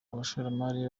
abashoramari